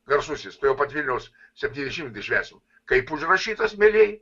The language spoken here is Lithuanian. garsusis tuojau pat vilniaus sptynišimtmetį švęsim kaip užrašytas mielieji